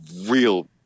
real